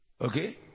Okay